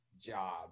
job